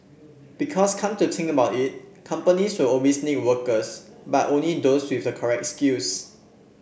because come to think about it companies will always need workers but only those with the correct skills